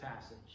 passage